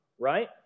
right